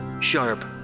sharp